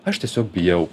aš tiesiog bijau